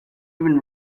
even